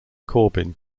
corbin